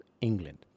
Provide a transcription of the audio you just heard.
England